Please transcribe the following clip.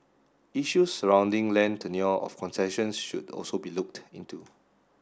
issues surrounding land tenure of concessions should also be looked into